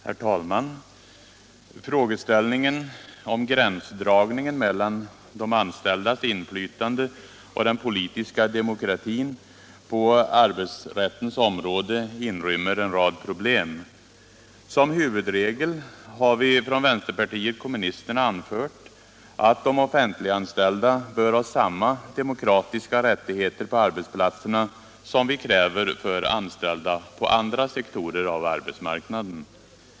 Herr talman! Frågan om gränsdragningen mellan de anställdas inflytande och den politiska demokratin på arbetsrättens område inrymmer en rad problem. Som huvudregel har vänsterpartiet kommunisterna anfört att de offentliganställda bör ha samma demokratiska rättigheter på arbetsplatserna som vi kräver för anställda på andra sektorer av arbetsmarknaden.